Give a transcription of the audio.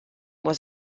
was